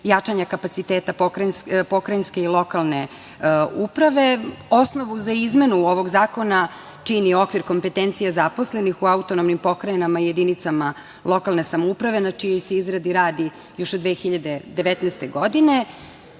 jačanja kapaciteta pokrajinske i lokalne uprave. Osnovu za izmenu ovog zakona čini okvir kompetencije zaposlenih u autonomnim pokrajinama i jedinicama lokalne samouprave, na čijoj se izradi radi još od 2019.